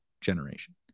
generation